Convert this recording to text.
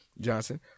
johnson